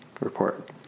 report